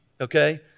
okay